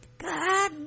god